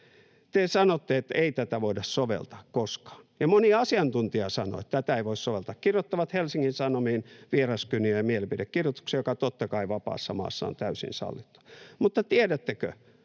Te sanotte, että ei tätä voida soveltaa koskaan, ja moni asiantuntija sanoo, että tätä ei voi soveltaa, kirjoittavat Helsingin Sanomiin vieraskyniä ja mielipidekirjoituksia, mikä totta kai vapaassa maassa on täysin sallittua. Mutta tiedättekö,